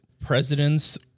Presidents